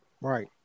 Right